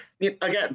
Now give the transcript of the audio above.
again